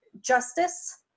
justice